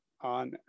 on